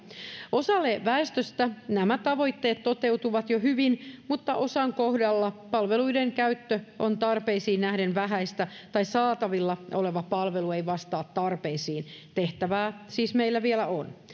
osalla väestöstä nämä tavoitteet toteutuvat jo hyvin mutta osan kohdalla palveluiden käyttö on tarpeisiin nähden vähäistä tai saatavilla oleva palvelu ei vastaa tarpeisiin tehtävää meillä siis vielä on